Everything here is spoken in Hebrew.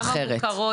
כמה מוכרות?